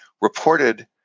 reported